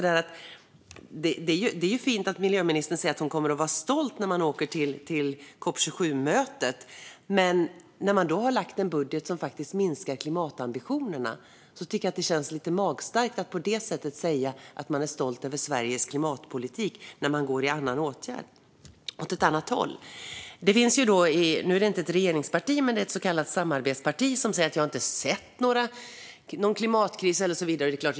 Det är fint att miljöministern säger att hon kommer att vara stolt när hon åker till COP 27-mötet. Men när man har lagt fram en budget som minskar klimatambitionerna tycker jag att det känns lite magstarkt att på det sättet säga att man är stolt över Sveriges klimatpolitik när man går åt ett annat håll. Nu är det inte ett regeringsparti utan ett så kallat samarbetsparti som säger att det inte har sett någon klimatkris och så vidare.